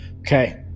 Okay